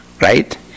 right